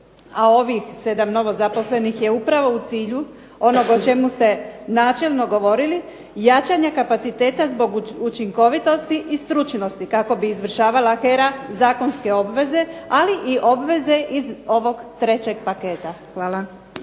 A ovih sedam novozaposlenih je upravo u cilju onog o čemu ste načelno govorili, jačanje kapaciteta zbog učinkovitosti i stručnosti kako bi izvršavala HERA zakonske obveze, ali i obveze iz ovog trećeg paketa. Hvala.